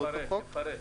פרט.